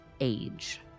age